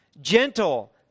Gentle